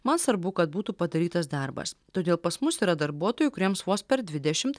man svarbu kad būtų padarytas darbas todėl pas mus yra darbuotojų kuriems vos per dvidešim